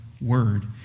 word